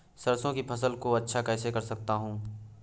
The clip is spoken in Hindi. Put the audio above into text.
सरसो की फसल को अच्छा कैसे कर सकता हूँ?